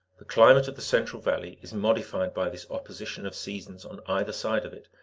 the climate of the central valley is modified by this opposition of seasons on either side of it,